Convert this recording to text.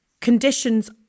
conditions